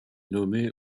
nommé